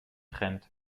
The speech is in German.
trend